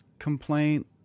Complaint